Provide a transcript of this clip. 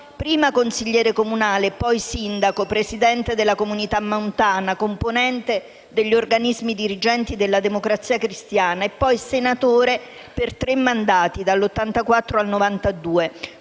Prima consigliere comunale, poi sindaco, presidente della Comunità montana, componente degli organismi dirigenti della Democrazia Cristiana e poi senatore per tre mandati dal 1984 al 1992,